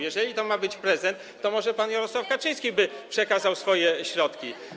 Jeżeli to ma być prezent, to może pan Jarosław Kaczyński przekazałby swoje środki.